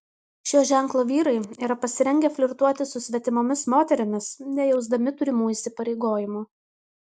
šio ženklo vyrai yra pasirengę flirtuoti su svetimomis moterimis nejausdami turimų įsipareigojimų